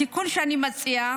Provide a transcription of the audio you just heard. התיקון שאני מציעה